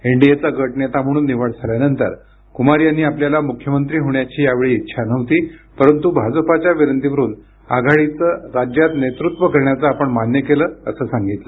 एनडीचा गट नेता म्हणून निवड झाल्यानंतर कुमार यांनी आपल्याला मुख्यमंत्री होण्याची यावेळी इच्छा नव्हती परंतु भाजपाच्या विनंतीवरुन आघाडीचं राज्यात नेतृत्व करण्याचं आपण मान्य केलं असं सांगितलं